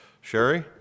Sherry